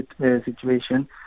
situation